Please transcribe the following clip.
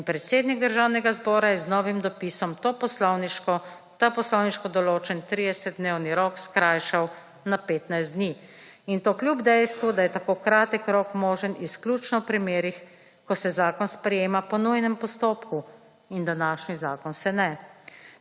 in predsednik Državnega zbora je z novim dopisom to poslovniško, ta poslovniško določen 30-dnevni rok skrajšal na 15 dni in to kljub dejstvu, da je tako kratek rok možen izključno v primerih, ko se zakon sprejema po nujnem postopku in današnji zakon se ne.